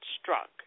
struck